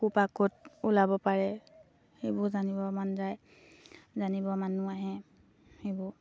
ক'ৰপৰা ক'ত ওলাব পাৰে সেইবোৰ জানিব মন যায় জানিব মানুহ আহে সেইবোৰ